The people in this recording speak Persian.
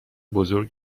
بزرگ